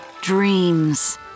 dreams